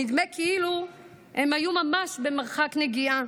נדמה כאילו הם היו ממש במרחק נגיעה.